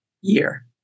year